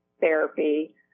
therapy